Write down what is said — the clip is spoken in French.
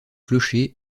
clocher